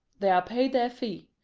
they are paid their fee.